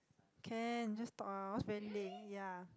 can just talk ah what's very lame ya